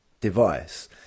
device